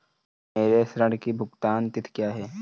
मेरे ऋण की भुगतान तिथि क्या है?